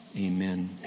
amen